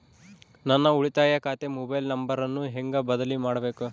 ನನ್ನ ಉಳಿತಾಯ ಖಾತೆ ಮೊಬೈಲ್ ನಂಬರನ್ನು ಹೆಂಗ ಬದಲಿ ಮಾಡಬೇಕು?